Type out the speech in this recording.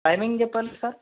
timing చెప్పండి sir